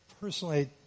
personally